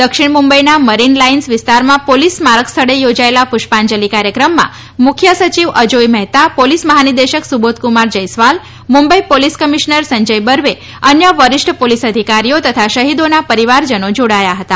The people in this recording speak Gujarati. દક્ષિણ મુંબઈના મરીન લાઇન્સ વિસ્તારમાં પોલીસ સ્મારક સ્થળે ચોજાચેલા પુષ્પાંજલી કાર્યક્રમમાં મુખ્ય સચિવ અજોય મહેતા પોલીસ મહાનિદેશક સુબોધકુમાર જયસ્વાલ મુંબઈ પોલીસ કમિશનર સંજય બર્વે અન્ય વરિષ્ઠ પોલીસ અધિકારીઓ તથા શહિદોના પરિવારજનો જોડાયા હતા